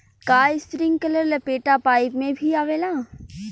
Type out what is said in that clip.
का इस्प्रिंकलर लपेटा पाइप में भी आवेला?